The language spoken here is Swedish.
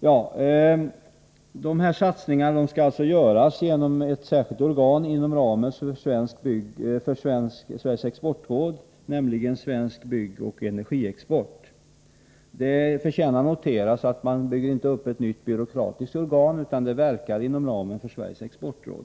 på området. Satsningarna skall alltså göras genom ett särskilt organ inom ramen för Sveriges exportråd, nämligen Svensk byggoch energiexport. Det förtjänar noteras att man inte bygger upp ett nytt byråkratiskt organ, utan detta organ verkar inom ramen för Sveriges exportråd.